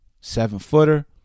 Seven-footer